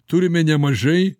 turime nemažai